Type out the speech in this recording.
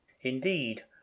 Indeed